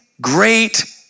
great